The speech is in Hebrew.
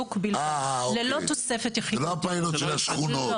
בחיזוק בלבד ללא תוספת יחידות דיור.